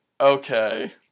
okay